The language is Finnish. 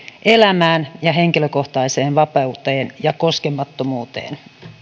elämään ja henkilökohtaiseen vapauteen ja koskemattomuuteen